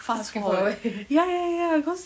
fast forward ya ya ya cause